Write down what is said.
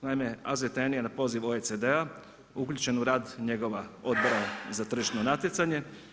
Naime AZTN je na poziv OECD-a uključen u rad njegova odbora za tržišno natjecanje.